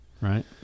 Right